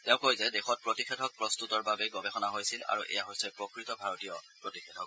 তেওঁ কয় যে দেশত প্ৰতিষেধক প্ৰস্তুতৰ বাবে গৱেষণা হৈছিল আৰু এয়া হৈছে প্ৰকৃত ভাৰতীয় প্ৰতিষেধক